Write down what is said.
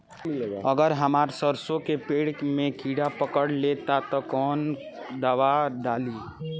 अगर हमार सरसो के पेड़ में किड़ा पकड़ ले ता तऽ कवन दावा डालि?